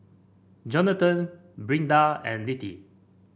Johnathon Brinda and Littie